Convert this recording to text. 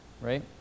Right